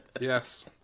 Yes